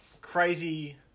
crazy